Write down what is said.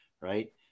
right